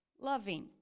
loving